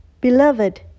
Beloved